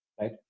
right